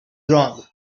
wrong